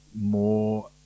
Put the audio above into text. more